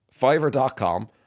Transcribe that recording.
fiverr.com